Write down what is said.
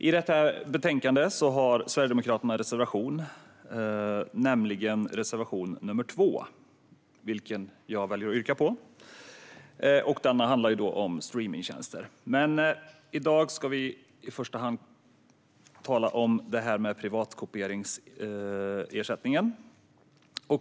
I detta betänkande har Sverigedemokraterna en reservation, nämligen reservation nr 2, vilken jag yrkar bifall till. Den handlar om streamningstjänster. Men i dag ska vi i första hand tala om privatkopieringsersättningen.